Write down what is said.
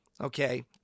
Okay